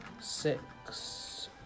six